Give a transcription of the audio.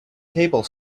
table